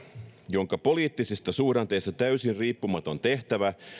jonka poliittisista suhdanteista täysin riippumaton tehtävä